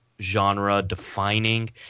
genre-defining